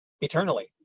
eternally